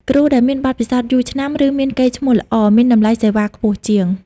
គ្រូដែលមានបទពិសោធន៍យូរឆ្នាំ ឬមានកេរ្តិ៍ឈ្មោះល្អ មានតម្លៃសេវាខ្ពស់ជាង។